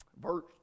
Verse